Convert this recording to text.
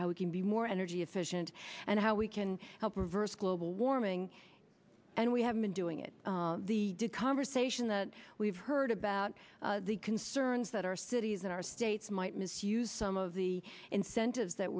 how we can be more energy efficient and how we can help reverse global warming and we have been doing it the conversation that we've heard about the concerns that our cities and our states might misuse some of the incentives that